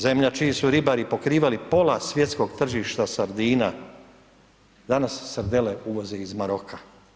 Zemlja čiji su ribari pokrivali pola svjetskog tržišta sardina, danas srdele uvoze iz Maroka.